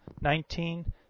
nineteen